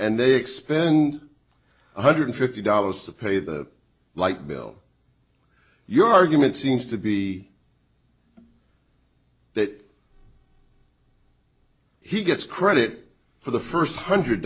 and they expend one hundred fifty dollars to pay the light bill your argument seems to be that he gets credit for the first hundred